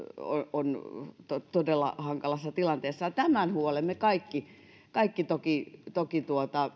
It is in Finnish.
on todella hankalassa tilanteessa tämän huolen me kaikki kaikki toki toki